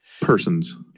persons